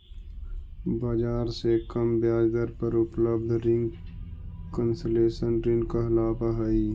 बाजार से कम ब्याज दर पर उपलब्ध रिंग कंसेशनल ऋण कहलावऽ हइ